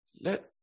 Let